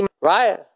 right